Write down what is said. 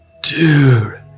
Dude